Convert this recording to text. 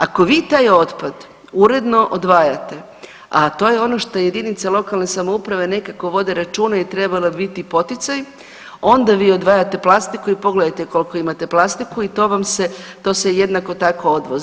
Ako vi taj otpad uredno odvajate, a to je ono što jedinice lokalne samouprave nekako vode računa i trebalo bi biti poticaj onda vi odvajate plastiku i pogledajte koliko ima plastike i to vam se to se jednako tako odvozi.